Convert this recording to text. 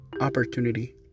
Opportunity